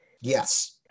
Yes